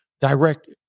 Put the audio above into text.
direct